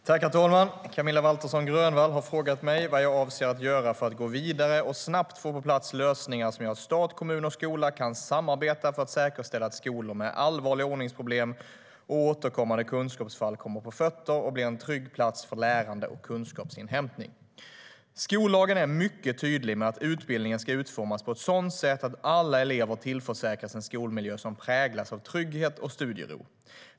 Herr talman! Camilla Waltersson Grönvall har frågat mig vad jag avser att göra för att gå vidare och snabbt få på plats lösningar som gör att stat, kommun och skola kan samarbeta för att säkerställa att skolor med allvarliga ordningsproblem och återkommande kunskapsfall kommer på fötter och blir en trygg plats för lärande och kunskapsinhämtning. Skollagen är mycket tydlig med att utbildningen ska utformas på ett sådant sätt att alla elever tillförsäkras en skolmiljö som präglas av trygghet och studiero.